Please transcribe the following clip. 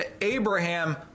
Abraham